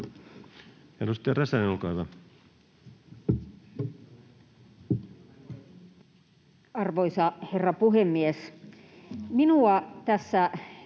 Edustaja Räsänen, olkaa hyvä. Arvoisa herra puhemies! Minua tässä